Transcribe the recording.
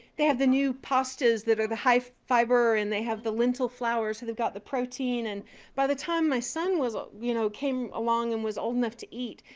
they have the new pastas that are the high fiber and they have the lentil flour, so they've got the protein and by the time my son was, you know, came along and was old enough to eat,